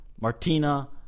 Martina